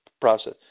process